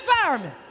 environment